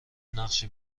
نقش